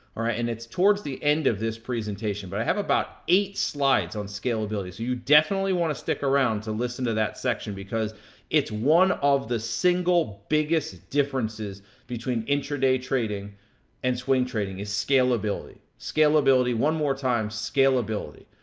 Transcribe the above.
and it's towards the end of this presentation. but i have about eight slides on scalability. so, you definitely wanna stick around to listen to that section, because it's one of the single biggest differences between intraday trading and swing trading, is scalability. scalability, one more time, scalability.